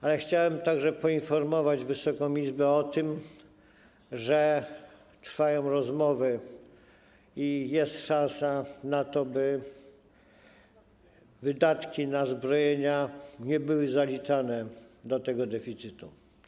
Ale chciałem także poinformować Wysoką Izbę o tym, że trwają rozmowy i jest szansa na to, by wydatki na zbrojenia nie były zaliczane do tego deficytu.